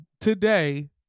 today